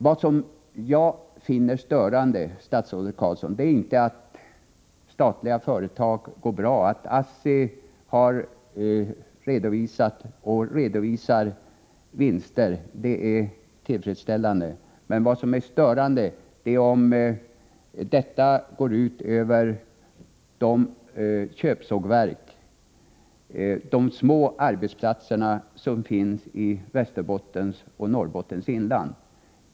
Vad jag finner störande, statsrådet Carlsson, är inte att statliga företag går bra. Att ASSI redovisat och redovisar vinster är tillfredsställande. Vad som är störande är om detta går ut över köpsågverken, de små arbetsplatserna i Västerbottens och Norrbottens inland.